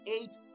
eight